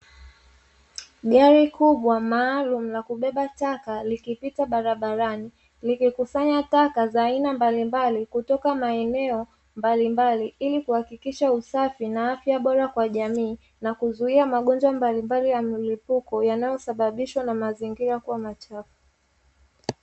Gari kubwa maalumu la kubeba taka likipita barabarani, likikusanya taka za aina mbalimbali kutoka maeneo mbalimbali ili kuhakikisha usafi na afya bora kwa jamii na kuzuia magonjwa mbalimbali ya mlipuko yanayosababishwa na mazingira kuwa machafu.